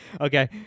Okay